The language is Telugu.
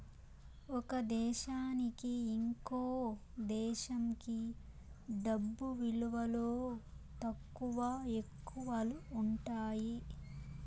ఒక దేశానికి ఇంకో దేశంకి డబ్బు విలువలో తక్కువ, ఎక్కువలు ఉంటాయి